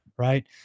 Right